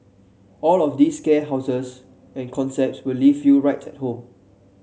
all of these scare houses and concepts will leave you right at home